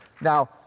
Now